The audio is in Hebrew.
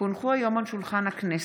כי הונחו היום על שולחן הכנסת,